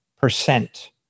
percent